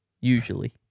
usually